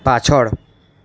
પાછળ